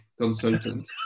consultant